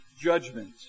judgment